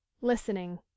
listening